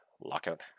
lockout